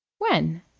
when?